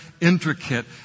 intricate